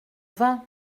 vingt